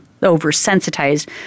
oversensitized